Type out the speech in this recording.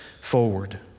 forward